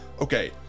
okay